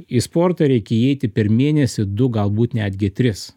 į sportą reikia įeiti per mėnesį du galbūt netgi tris